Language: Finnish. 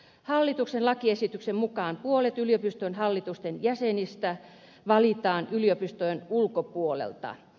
hallituksen lakiesityksen mukaan puolet yliopiston hallitusten jäsenistä valitaan yliopistojen ulkopuolelta